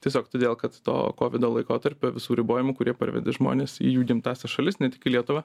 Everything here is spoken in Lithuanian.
tiesiog todėl kad to kovido laikotarpio visų ribojimų kurie parvedė žmones į jų gimtąsias šalis ne tik į lietuvą